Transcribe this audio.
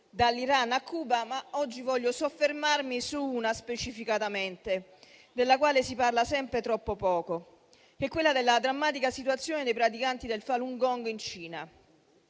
dall'Iran a Cuba. Ma oggi voglio soffermarmi su una specificatamente, della quale si parla sempre troppo poco: la drammatica situazione dei praticanti del Falun Gong in Cina.